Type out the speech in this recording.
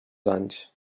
anys